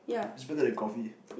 it's better than coffee